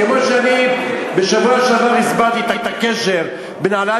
כמו שאני בשבוע שעבר הסברתי את הקשר בין העלאת